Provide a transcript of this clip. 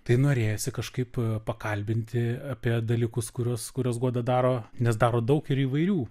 tai norėjosi kažkaip pakalbinti apie dalykus kuriuos kurios goda daro nes daro daug ir įvairių